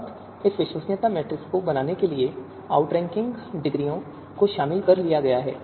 अब इस विश्वसनीयता मैट्रिक्स को बनाने में आउटरैंकिंग डिग्रियों को शामिल कर लिया गया है